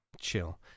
Chill